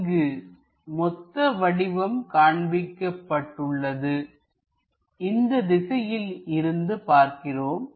இங்கு மொத்த வடிவம் காண்பிக்கப்பட்டுள்ளது இந்த திசையில் இருந்து பார்க்கின்றோம்